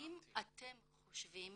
האם אתם חושבים